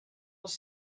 els